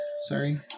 Sorry